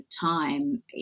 time